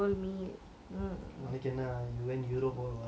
உனக்கென்ன:unakena when europe all ah